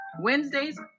Wednesdays